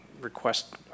request